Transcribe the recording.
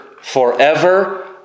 forever